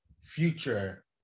future